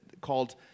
called